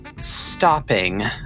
stopping